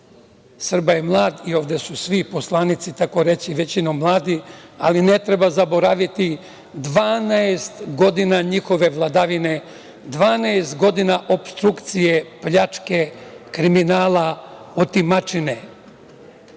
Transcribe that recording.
Srba je mlad i ovde su svi poslanici, takoreći većinom mladi, ali ne treba zaboraviti 12 godina njihove vladavine, 12 godina opstrukcije, pljačke, kriminala, otimačine,